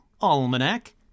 Almanac